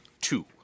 Two